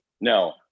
No